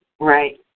Right